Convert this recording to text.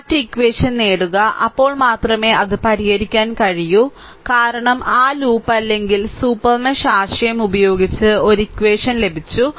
മറ്റ് ഇക്വഷൻ നേടുക അപ്പോൾ മാത്രമേ അത് പരിഹരിക്കാൻ കഴിയൂ കാരണം ആ ലൂപ്പ് അല്ലെങ്കിൽ സൂപ്പർ മെഷ് ആശയം ഉപയോഗിച്ച് ഒരു ഇക്വഷൻ ലഭിച്ചു